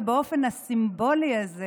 ובאופן הסימבולי הזה,